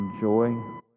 joy